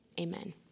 Amen